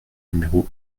numéro